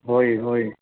होय होय